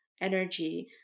energy